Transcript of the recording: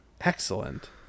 excellent